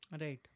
right